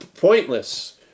pointless